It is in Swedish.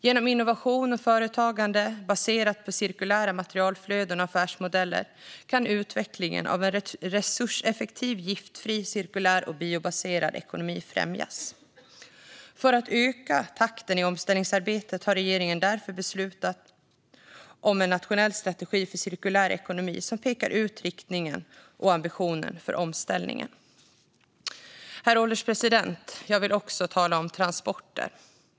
Genom innovation och företagande, baserat på cirkulära materialflöden och affärsmodeller, kan utvecklingen av en resurseffektiv, giftfri, cirkulär och biobaserad ekonomi främjas. För att öka takten i omställningsarbetet har regeringen därför beslutat om en nationell strategi för cirkulär ekonomi som pekar ut riktningen och ambitionen för omställningen. Herr ålderspresident! Jag vill också tala om transporter.